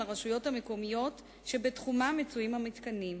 הרשויות המקומיות שבתחומן מצויים המתקנים,